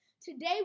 Today